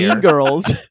girls